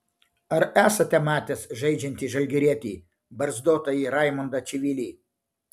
ar esate matęs žaidžiantį žalgirietį barzdotąjį raimundą čivilį